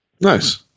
Nice